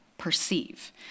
Perceive